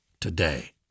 today